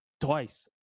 Twice